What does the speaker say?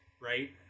right